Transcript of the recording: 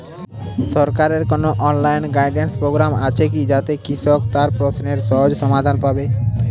সরকারের কোনো online guidance programme আছে কি যাতে কৃষক তার প্রশ্নের সহজ সমাধান পাবে?